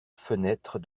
fenêtre